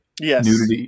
Yes